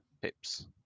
pips